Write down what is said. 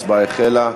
ההצבעה החלה.